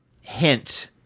hint